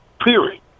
period